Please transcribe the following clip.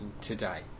today